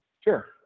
Sure